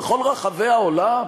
בכל רחבי העולם?